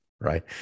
right